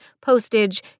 postage